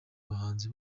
abahanzi